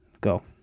Go